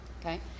okay